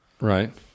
Right